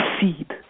seed